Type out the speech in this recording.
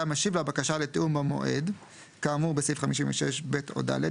משיב לבקשה לתיאום במועד כאמור בסעיף 56(ב) או (ד),